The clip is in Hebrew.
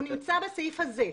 הוא נמצא בסעיף הזה.